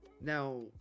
Now